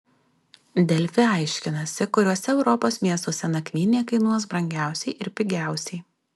delfi aiškinasi kuriuose europos miestuose nakvynė kainuos brangiausiai ir pigiausiai